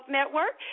Network